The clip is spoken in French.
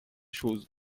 choses